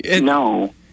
no